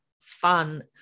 fun